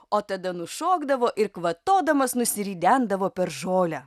o tada nušokdavo ir kvatodamas nusiridendavo per žolę